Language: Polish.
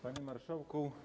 Panie Marszałku!